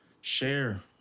share